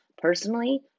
Personally